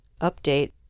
Update